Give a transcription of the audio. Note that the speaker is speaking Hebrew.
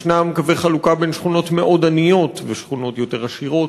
יש קווי חלוקה בין שכונות עניות לשכונות יותר עשירות,